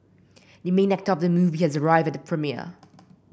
the main actor of the movie has arrived at the premiere